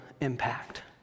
impact